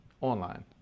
online